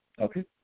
Okay